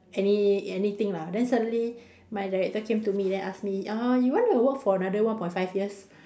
any anything lah then suddenly my director came to me then ask me uh you want to work for another one point five years